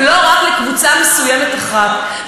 ולא רק לקבוצה מסוימת אחת.